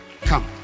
come